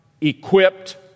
equipped